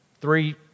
three